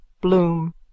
bloom